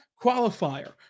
qualifier